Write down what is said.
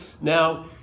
Now